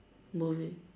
movie